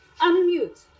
unmute